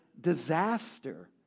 disaster